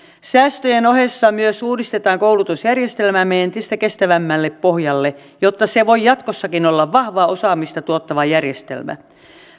säästöjen ohessa myös uudistetaan koulutusjärjestelmäämme entistä kestävämmälle pohjalle jotta se voi jatkossakin olla vahvaa osaamista tuottava järjestelmä